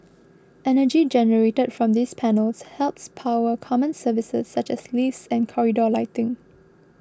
energy generated from these panels helps power common services such as lifts and corridor lighting